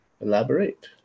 elaborate